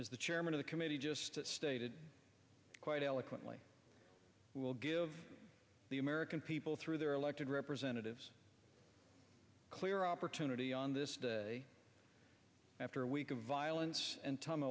as the chairman of the committee just stated quite eloquently will give the american people through their elected representatives clear opportunity on this day after a week of violence and